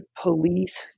police